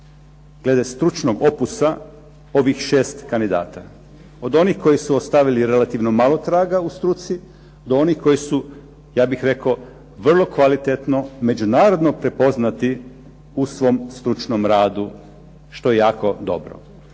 glede stručnog opusa ovih šest kandidata. Od onih koji su ostavili relativno malo traga u struci, do onih koji su ja bih rekao vrlo kvalitetno međunarodno prepoznati u svom stručnom radu, što je jako dobro.